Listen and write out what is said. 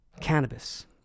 cannabis